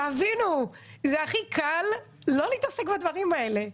תבינו, זה הכי קל לא להתעסק בדברים האלה.